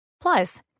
Plus